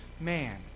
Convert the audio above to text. man